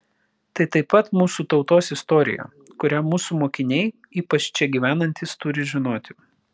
tai taip pat mūsų tautos istorija kurią mūsų mokiniai ypač čia gyvenantys turi žinoti